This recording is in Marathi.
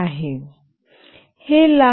indexOf ऑन आहे